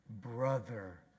brother